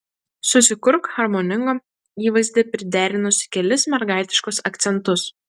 susikurk harmoningą įvaizdį priderinusi kelis mergaitiškus akcentus